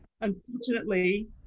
Unfortunately